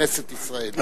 כנסת ישראל.